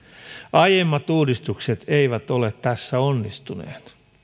aiemmat uudistukset eivät ole tässä onnistuneet